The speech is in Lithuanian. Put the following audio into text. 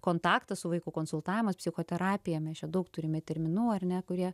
kontaktas su vaiku konsultavimas psichoterapija mes čia daug turime terminų ar ne kurie